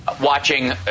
watching